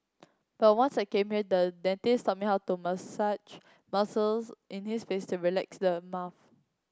but once I came here the dentist taught me how to massage muscles in his face to relax his mouth